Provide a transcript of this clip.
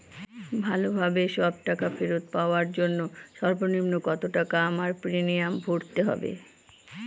ভালোভাবে সব টাকা ফেরত পাওয়ার জন্য সর্বনিম্ন কতটাকা আমায় প্রিমিয়াম ভরতে হবে?